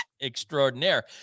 extraordinaire